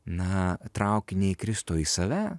na trauki ne į kristų o į save